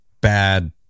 bad